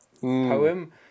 poem